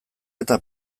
eta